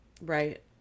Right